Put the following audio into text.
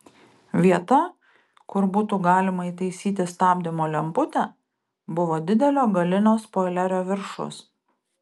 vieta kur būtų galima įtaisyti stabdymo lemputę buvo didelio galinio spoilerio viršus